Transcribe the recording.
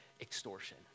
extortion